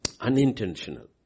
Unintentional